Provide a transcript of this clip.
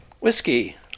Whiskey